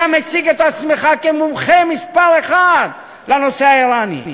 אתה מציג את עצמך כמומחה מספר אחת לנושא האיראני,